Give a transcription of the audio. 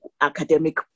academic